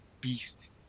beast